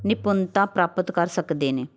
ਨਿਪੁੰਨਤਾ ਪ੍ਰਾਪਤ ਕਰ ਸਕਦੇ ਨੇ